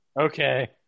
Okay